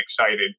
excited